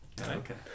okay